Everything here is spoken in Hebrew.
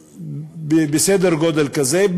בסדר גודל כזה.